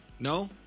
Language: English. No